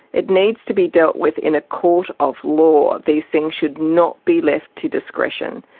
it needs to be dealt with in a court of law, these things should not be left to discretion.